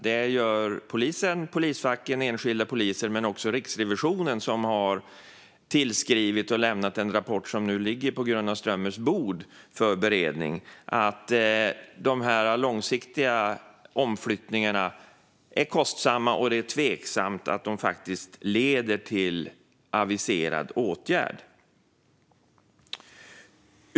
Det gör Polismyndigheten, polisfacket, enskilda poliser och också Riksrevisionen, som har lämnat en rapport som nu ligger på Gunnar Strömmers bord för beredning. Man säger att de långsiktiga omflyttningarna är kostsamma och att det är tveksamt om de faktiskt leder till det man har aviserat att man vill uppnå.